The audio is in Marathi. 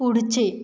पुढचे